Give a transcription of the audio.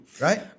Right